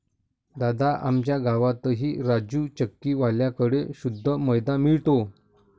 दादा, आमच्या गावातही राजू चक्की वाल्या कड़े शुद्ध मैदा मिळतो